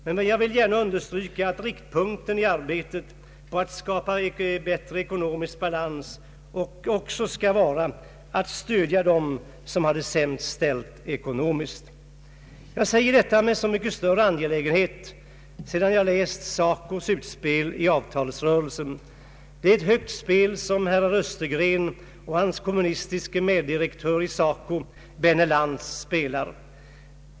Men jag vill gärna understryka att riktpunkten i arbetet på att skapa bättre ekonomisk balans också skall vara att stödja dem som har det sämst ställt ekonomiskt. Jag säger detta med så mycket större angelägenhet, sedan jag har läst SACO:s utspel i avtalsrörelsen. Det är ett högt spel som herrar Östergren och hans kommunistiske meddirektör i SACO, Benne Lantz, spelar.